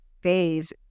phase